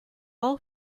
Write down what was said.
all